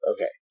Okay